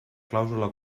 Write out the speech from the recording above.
clàusula